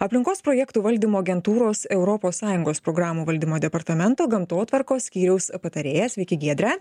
aplinkos projektų valdymo agentūros europos sąjungos programų valdymo departamento gamtotvarkos skyriaus patarėja sveiki giedre